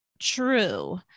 true